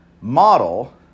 Model